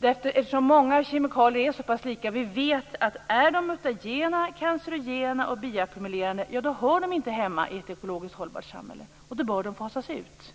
börja fasas ut. Många kemikalier är lika och är de mutagena, cancerogena och biackumulerande, då hör de inte hemma i ett ekologiskt hållbart samhälle och bör fasas ut.